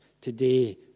today